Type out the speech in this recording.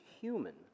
human